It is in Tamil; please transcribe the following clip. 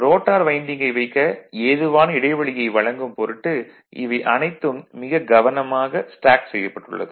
ரோட்டார் வைண்டிங்கை வைக்க ஏதுவான இடைவெளியை வழங்கும் பொருட்டு இவை அனைத்தும் மிகக் கவனமாக ஸ்டேக்டு செய்யப்பட்டுள்ளது